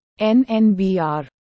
NNBR